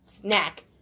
snack